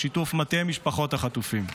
בשיתוף עם מטה משפחות החטופים.